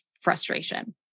frustration